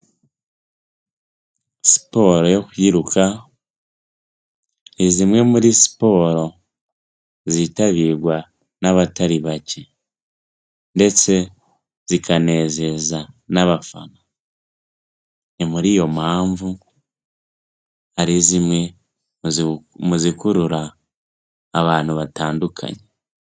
Siporo yo kwiruka ni zimwe muri siporo zitabirwa n'abatari bake ndetse zikanezeza n'abafana, ni muri iyo mpamvu ari zimwe mu zikurura abantu batandukanye.